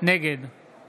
נגד